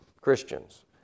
Christians